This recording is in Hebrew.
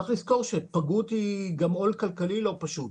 צריך לזכור שפגות היא גם עול כלכלי לא פשוט.